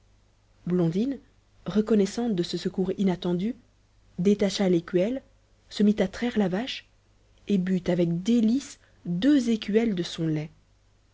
blondine reconnaissante de ce secours inattendu détacha l'écuelle se mit à traire la vache et but avec délices deux écuelles de son lait